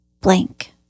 blank